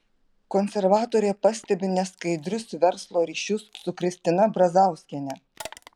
konservatorė pastebi neskaidrius verslo ryšius su kristina brazauskiene